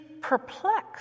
perplexed